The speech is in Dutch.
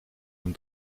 een